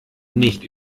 nicht